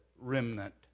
remnant